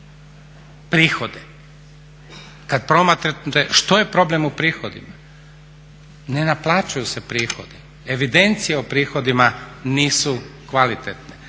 prihode. Kad promatrate što je problem u prihodima, ne naplaćuju se prihodi. Evidencije o prihodima nisu kvalitetne.